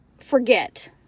forget